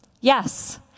Yes